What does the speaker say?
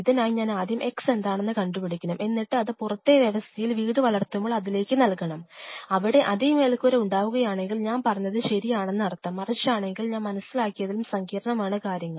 ഇതിനായി ഞാൻ ആദ്യം x എന്താണെന്ന് കണ്ടുപിടിക്കണം എന്നിട്ട് അത് പുറത്തെ വ്യവസ്ഥയിൽ വീട് വളർത്തുമ്പോൾ അതിലേക്ക് നൽകണം അവിടെ അതേ മേൽക്കൂര ഉണ്ടാക്കുകയാണെങ്കിൽ ഞാൻ പറഞ്ഞത് ശരിയാണെന്ന് അർത്ഥം മറിച്ചാണെങ്കിൽ ഞാൻ മനസ്സിലാക്കിയതിലും സങ്കീർണമാണ് കാര്യങ്ങൾ